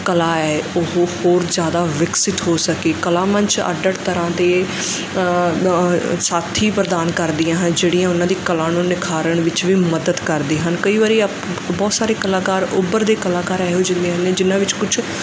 ਕਲਾ ਹੈ ਉਹ ਹੋਰ ਜਿਆਦਾ ਵਿਕਸਿਤ ਹੋ ਸਕੇ ਕਲਾ ਮੰਚ ਅੱਡ ਅੱਡ ਤਰ੍ਹਾਂ ਦੇ ਸਾਥੀ ਪ੍ਰਦਾਨ ਕਰਦੀਆਂ ਹਨ ਜਿਹੜੀਆਂ ਉਹਨਾਂ ਦੀ ਕਲਾ ਨੂੰ ਨਿਖਾਰਨ ਵਿੱਚ ਵੀ ਮੱਦਦ ਕਰਦੇ ਹਨ ਕਈ ਵਾਰੀ ਬਹੁਤ ਸਾਰੇ ਕਲਾਕਾਰ ਉੱਭਰਦੇ ਕਲਾਕਾਰ ਇਹੋ ਜਿਹੇ ਨੇ ਜਿੰਨਾਂ ਵਿੱਚ ਕੁਛ